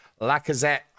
Lacazette